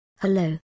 Hello